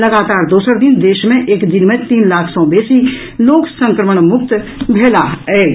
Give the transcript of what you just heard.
लगातार दोसर दिन देश मे एक दिन मे तीन लाख सँ बेसी लोक संक्रमण मुक्त भेलाह अछि